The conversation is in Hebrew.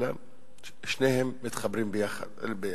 אלא ששניהם מתחברים יחד.